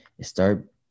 start